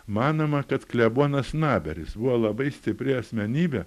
manoma kad klebonas naberis buvo labai stipri asmenybė